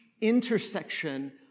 intersection